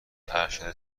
ارشد